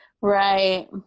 right